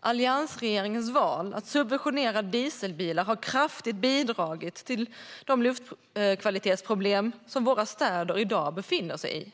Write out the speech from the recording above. Alliansregeringens val att subventionera dieselbilar har kraftigt bidragit till de luftkvalitetsproblem som våra städer i dag befinner sig i.